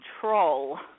control